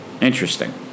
Interesting